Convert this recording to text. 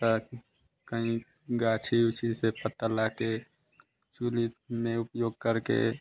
पता के कहीं गाछी उछि से पत्ता ला कर चुहले में उपयोग कर के